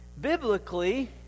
Biblically